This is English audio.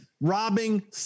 robbing